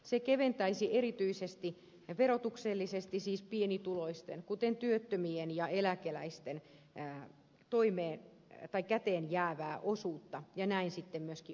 se lisäisi erityisesti verotuksellisesti pienituloisten kuten työttömien ja eläkeläisten käteen jäävää osuutta ja näin sitten myöskin ostovoimaa